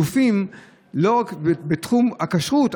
לזיופים לא רק בתחום הכשרות,